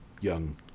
young